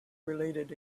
related